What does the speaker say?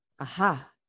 Aha